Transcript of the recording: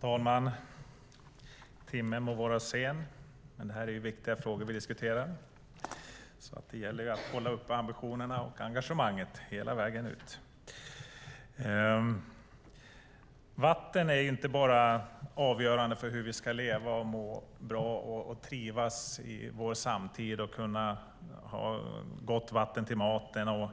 Herr talman! Timmen må vara sen, men det är viktiga frågor som vi diskuterar. Det gäller att hålla ambitionerna och engagemanget uppe hela vägen. Vatten är inte bara avgörande för att vi ska leva, må bra och trivas i vår samtid och ha gott vatten till maten,